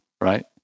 right